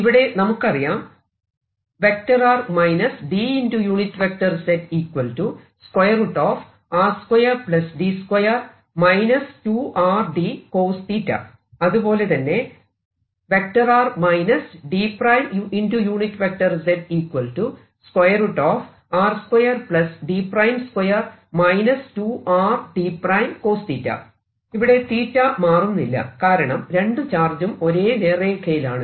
ഇവിടെ നമുക്കറിയാം അതുപോലെ തന്നെ ഇവിടെ 𝜃 മാറുന്നില്ല കാരണം രണ്ടു ചാർജും ഒരേ നേർ രേഖയിലാണ്